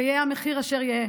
יהא המחיר אשר יהא.